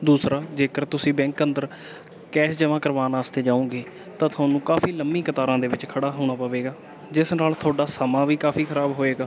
ਦੂਸਰਾ ਜੇਕਰ ਤੁਸੀਂ ਬੈਂਕ ਅੰਦਰ ਕੈਸ਼ ਜਮਾਂ ਕਰਵਾਉਣ ਵਾਸਤੇ ਜਾਓਗੇ ਤਾਂ ਤੁਹਾਨੂੰ ਕਾਫੀ ਲੰਬੀ ਕਤਾਰਾਂ ਦੇ ਵਿੱਚ ਖੜ੍ਹਾ ਹੋਣਾ ਪਵੇਗਾ ਜਿਸ ਨਾਲ ਤੁਹਾਡਾ ਸਮਾਂ ਵੀ ਕਾਫੀ ਖ਼ਰਾਬ ਹੋਏਗਾ